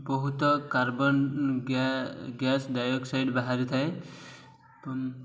ବହୁତ carbon gas dioxide ବାହାରିଥାଏ ଏବଂ